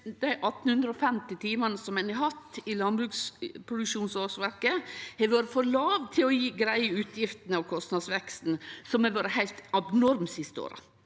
dei 1 850 timane ein har hatt i landbruksproduksjonsårsverket, har vore for låg til å greie utgiftene og kostnadsveksten, som har vore heilt abnorm dei siste åra.